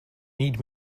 need